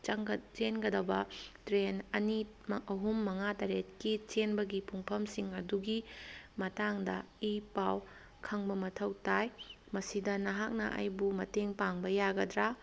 ꯆꯦꯟꯒꯗꯕ ꯇ꯭ꯔꯦꯟ ꯑꯅꯤ ꯑꯍꯨꯝ ꯃꯉꯥ ꯇꯔꯦꯠꯀꯤ ꯆꯦꯟꯕꯒꯤ ꯄꯨꯡꯐꯝꯁꯤꯡ ꯑꯗꯨꯒꯤ ꯃꯌꯥꯡꯗ ꯏꯤ ꯄꯥꯎ ꯈꯪꯕ ꯃꯊꯧ ꯇꯥꯏ ꯃꯁꯤꯗ ꯅꯍꯥꯛꯅ ꯑꯩꯕꯨ ꯃꯇꯦꯡ ꯄꯥꯡꯕ ꯌꯥꯒꯗ꯭ꯔꯥ